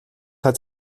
hat